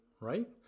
right